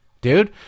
Dude